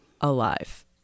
alive